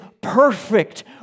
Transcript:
perfect